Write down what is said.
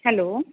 hello